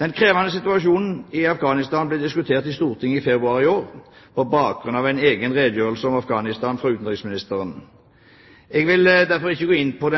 Den krevende situasjonen i Afghanistan ble diskutert i Stortinget i februar i år på bakgrunn av en egen redegjørelse om Afghanistan fra utenriksministeren. Jeg vil derfor ikke gå inn på